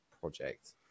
project